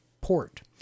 port